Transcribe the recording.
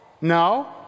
No